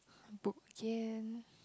book in